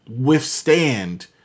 withstand